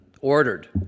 ordered